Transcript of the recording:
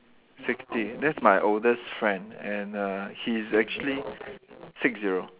sixty that's my oldest friend and uh he's actually six zero